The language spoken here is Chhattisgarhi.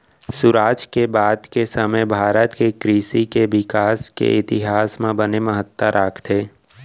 सुराज के बाद के समे भारत के कृसि के बिकास के इतिहास म बने महत्ता राखथे